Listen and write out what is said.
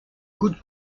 good